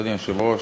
אדוני היושב-ראש,